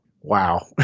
Wow